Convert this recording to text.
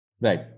Right